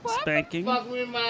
spanking